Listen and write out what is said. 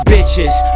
Bitches